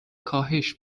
کاهش